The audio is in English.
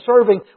serving